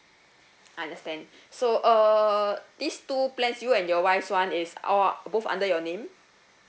understand so uh these two plans you and your wife's [one] is all both under your name